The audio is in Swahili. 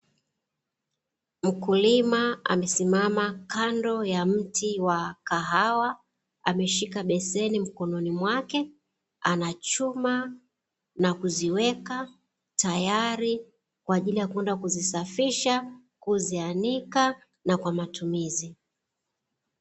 Mkulima amesimama kando ya mti wa kahawa ameshika beseni mkononi mwake, anachuma na kuziweka tayari kwa ajili ya kwenda kuzisafisha kuzianika na kwa matumizi.